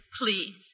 please